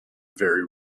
very